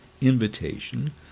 invitation